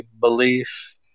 belief